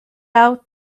out